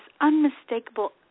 unmistakable